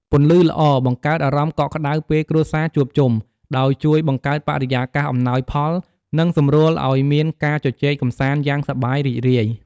ពន្លឺល្អបង្កើតអារម្មណ៍កក់ក្ដៅពេលគ្រួសារជួបជុំ ដោយជួយបង្កើតបរិយាកាសអំណោយផល និងសម្រួលឲ្យមានការជជែកកម្សាន្តយ៉ាងសប្បាយរីករាយ។